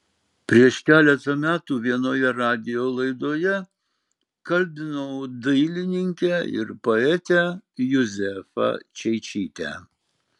prieš keletą metų vienoje radijo laidoje kalbinau dailininkę ir poetę juzefą čeičytę